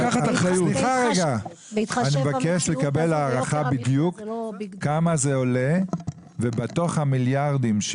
אני מבקש לקבל הערכה בדיוק כמה זה עולה ובתוך המיליארדים,